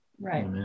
Right